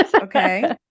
Okay